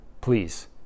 please